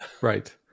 right